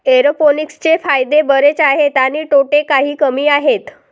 एरोपोनिक्सचे फायदे बरेच आहेत आणि तोटे काही कमी आहेत